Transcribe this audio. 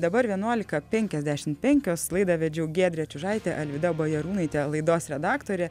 dabar vienuolika penkiasdešim penkios laidą vedžiau giedrė čiužaitė alvyda bajarūnaitė laidos redaktorė